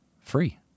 free